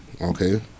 okay